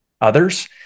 others